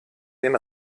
den